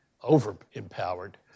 over-empowered